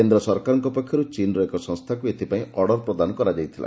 କେନ୍ଦ ସରକାରଙ୍କ ପକ୍ଷରୁ ଚୀନ୍ର ଏକ ସଂସ୍ଥାକୁ ଏଥିପାଇଁ ଅର୍ଡ଼ର ପ୍ରଦାନ କରାଯାଇଥିଲା